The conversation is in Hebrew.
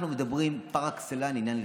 אנחנו מדברים פר אקסלנס על עניין הלכתי.